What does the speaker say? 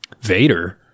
Vader